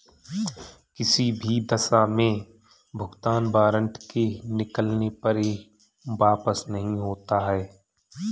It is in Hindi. किसी भी दशा में भुगतान वारन्ट के निकलने पर यह वापस नहीं होता है